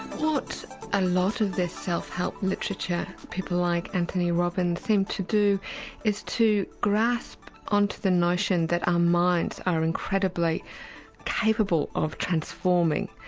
lot and lot of this self-help literature people like anthony robbins seem to do is to grasp onto the notion that our minds our incredibly capable of transforming,